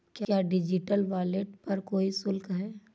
क्या digital wallet पर कोई शुल्क है?